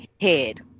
head